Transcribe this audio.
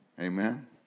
Amen